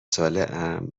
سالهام